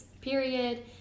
period